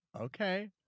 okay